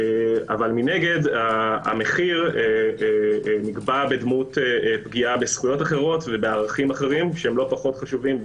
אבל מנגד המחיר נקבע בדמות זכויות אחרות ובערכים אחרים שלא פחות חשובים.